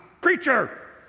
creature